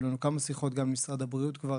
היו לנו כמה שיחות גם עם משרד הבריאות כבר